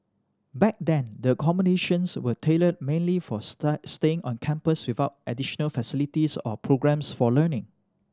back then the accommodations were tailored mainly for staying on campus without additional facilities or programmes for learning